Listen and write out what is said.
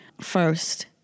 first